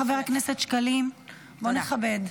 חבר הכנסת שקלים, בוא נכבד.